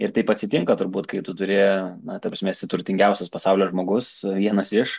ir taip atsitinka turbūt kai tu turi na ta prasme esi turtingiausias pasaulio žmogus vienas iš